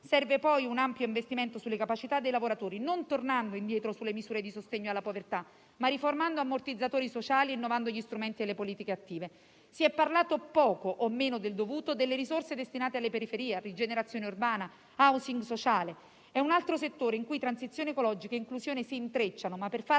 Serve poi un ampio investimento sulle capacità dei lavoratori, non tornando indietro sulle misure di sostegno alla povertà, ma riformando ammortizzatori sociali e innovando gli strumenti e le politiche attive. Si è parlato poco - o meno del dovuto - delle risorse destinate alle periferie, alla rigenerazione urbana e all'*housing* sociale. Si tratta di un altro settore in cui transizione ecologica e inclusione si intrecciano, ma per farlo